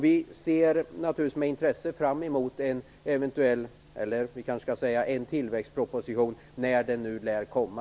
Vi ser naturligtvis med intresse fram emot en tillväxtproposition, när den nu lär komma.